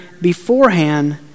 beforehand